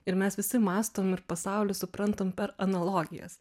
ir mes visi mąstom ir pasaulį suprantam per analogijas